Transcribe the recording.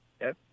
Yes